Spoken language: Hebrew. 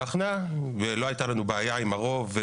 בהכנעה ולא הייתה לנו בעיה עם הרוב.